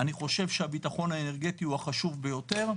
אני חושב שהביטחון האנרגטי, הוא החשוב ביותר.